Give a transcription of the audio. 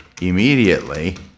immediately